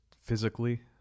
physically